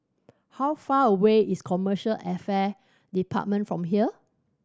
how far away is Commercial Affair Department from here